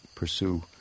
Pursue